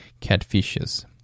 catfishes